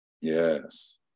Yes